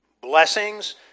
blessings